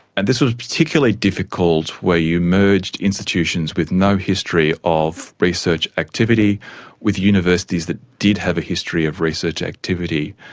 and this was particularly difficult where you merged institutions with no history of research activity with universities that did have a history of research activity.